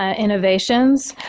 ah innovations,